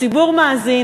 הציבור מאזין,